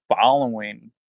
following